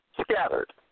Scattered